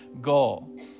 goal